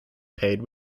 paid